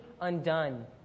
undone